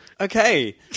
Okay